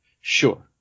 Sure